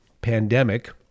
pandemic